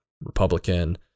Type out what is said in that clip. Republican